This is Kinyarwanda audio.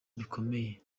bikomeye